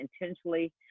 intentionally